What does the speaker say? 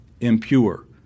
impure